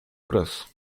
cross